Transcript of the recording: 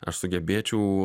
aš sugebėčiau